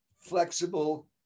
flexible